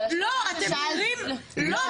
אבל השאלה ששאלנו -- לא,